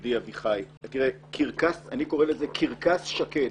ידידי אביחי, אני קורא לזה "קרקס שקד",